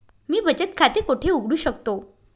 मी बचत खाते कोठे उघडू शकतो?